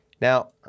Now